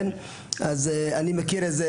אני מכיר את זה,